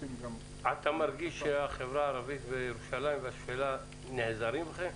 אתה מרגיש שהחברה הערבית בירושלים ובשפלה נעזרת בכם?